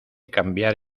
cambiar